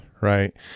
Right